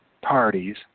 parties